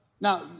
Now